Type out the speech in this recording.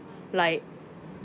like